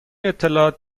اطلاعات